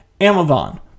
Amazon